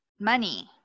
money